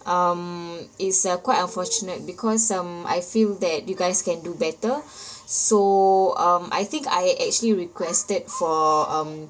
um it's uh quite unfortunate because um I feel that you guys can do better so um I think I actually requested for um